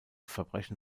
verbrechen